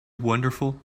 wonderful